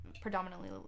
predominantly